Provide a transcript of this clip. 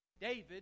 David